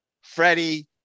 Freddie